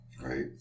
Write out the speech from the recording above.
Right